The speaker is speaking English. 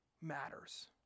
matters